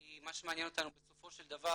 כי מה שמעניין אותנו בסופו של דבר,